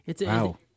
Wow